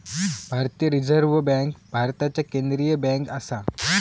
भारतीय reserve bank भारताची केंद्रीय बँक आसा